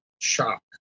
shock